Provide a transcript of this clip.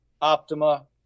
Optima